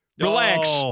relax